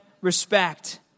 respect